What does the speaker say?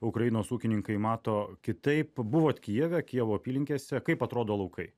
ukrainos ūkininkai mato kitaip buvot kijeve kijevo apylinkėse kaip atrodo laukai